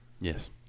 Yes